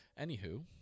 anywho